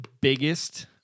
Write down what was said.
biggest